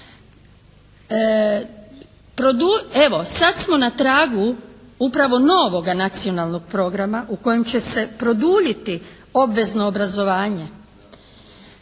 sad smo na tragu upravo novoga nacionalnog programa u kojem će se produljiti obvezno obrazovanje.